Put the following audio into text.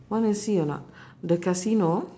wanna see or not the casino